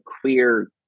queer